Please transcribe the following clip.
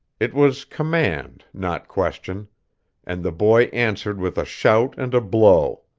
it was command, not question and the boy answered with a shout and a blow.